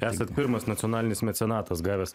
esat pirmas nacionalinis mecenatas gavęs